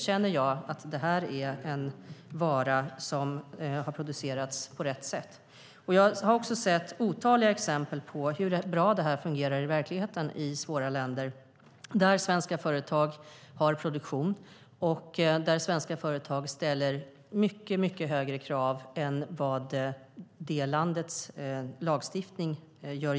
Känner jag att detta är en vara som har producerats på rätt sätt? Jag har också sett otaliga exempel på hur bra det här fungerar i verkligheten i svåra länder där svenska företag har produktion och ställer mycket högre krav än vad landets lagstiftning gör.